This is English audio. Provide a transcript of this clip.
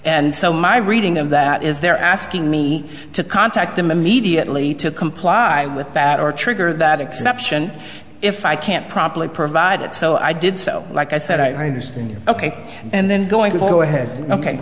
and so my reading of that is they're asking me to contact them immediately to comply with that or trigger that exception if i can't properly provide it so i did so like i said i understand ok and then going to go ahead ok